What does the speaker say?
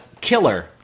Killer